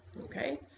Okay